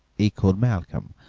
echoed malcolm,